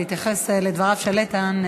להתייחס לדבריו של איתן,